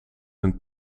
een